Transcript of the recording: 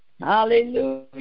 Hallelujah